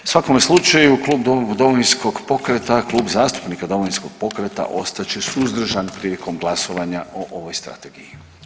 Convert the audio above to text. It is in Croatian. U svakom slučaju klub Domovinskog pokreta, Klub zastupnika Domovinskog pokreta ostat će suzdržan prilikom glasovanja o ovoj strategiji.